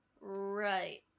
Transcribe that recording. Right